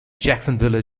jacksonville